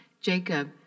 Jacob